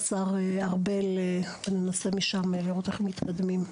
לשר ארבל, אני אנסה לראות איך מתקדמים משם.